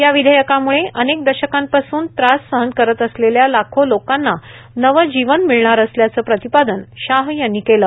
या विधेयकाम्ळे अनेक दशकांपासून त्रास सहन करत असलेल्या लाखो लोकांना नवं जीवन मिळणार असल्याचं प्रतिपादन शाह यांनी केलं